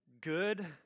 good